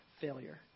failure